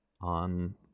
on